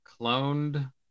cloned